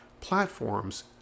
platforms